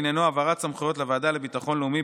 עניינו העברת סמכויות לוועדה לביטחון לאומי,